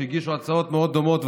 שהגישו הצעות מאוד דומות,